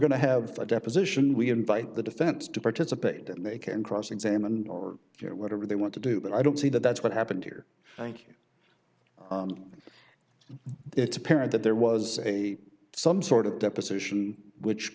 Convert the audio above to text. going to have a deposition we invite the defense to participate and they can cross examine your whatever they want to do but i don't see that that's what happened here thank you it's apparent that there was a some sort of deposition which